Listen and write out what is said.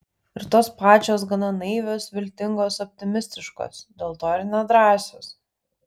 ir tos pačios gana naivios viltingos optimistiškos dėl to ir nedrąsios